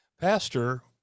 pastor